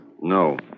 No